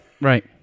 Right